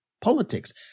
politics